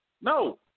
No